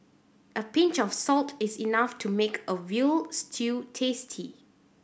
a pinch of salt is enough to make a veal stew tasty